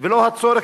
ולא הצורך,